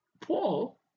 Paul